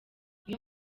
iyo